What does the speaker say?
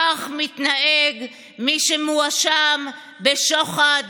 כך מתנהג מי שמואשם בשוחד,